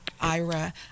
Ira